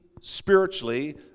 spiritually